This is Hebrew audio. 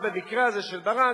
במקרה הזה של ברק,